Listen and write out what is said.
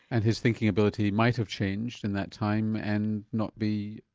and his thinking ability might have changed in that time and not be